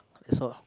that's all